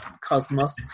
cosmos